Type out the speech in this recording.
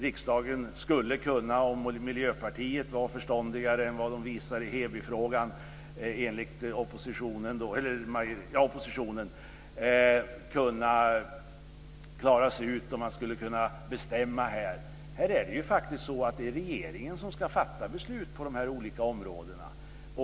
Riksdagen skulle om Miljöpartiet var förståndigare än vad det visar i Hebyfrågan enligt oppositionen kunna bestämma. Här är det faktiskt regeringen som ska fatta beslut på de olika områdena.